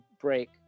break